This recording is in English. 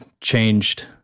changed